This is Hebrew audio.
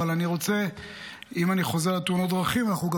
אבל אם אני חוזר לתאונות דרכים אנחנו גם